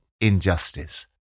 injustice